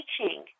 teaching